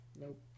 nope